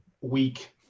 week